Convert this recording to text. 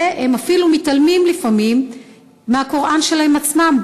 והם אפילו מתעלמים לפעמים מהקוראן שלהם עצמם,